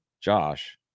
josh